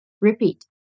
Repeat